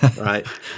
Right